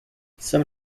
some